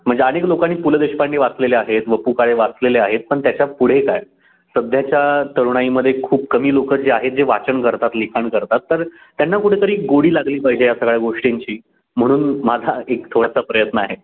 म्हणजे अनेक लोकांनी पु ल देशपांडे वाचलेले आहेत वपु काळे वाचलेले आहेत पण त्याच्या पुढे काय सध्याच्या तरुणाईमध्ये खूप कमी लोकं जे आहेत जे वाचन करतात लिखाण करतात तर त्यांना कुठेतरी गोडी लागली पाहिजे या सगळ्या गोष्टींची म्हणून माझा एक थोडासा प्रयत्न आहे